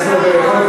אתה רוצה,